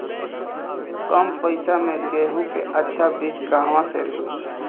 कम पैसा में गेहूं के अच्छा बिज कहवा से ली?